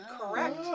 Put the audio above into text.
correct